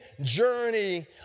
journey